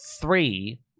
three